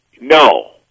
No